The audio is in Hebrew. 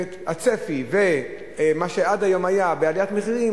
הצפי ומה שעד היום היה בעליית מחירים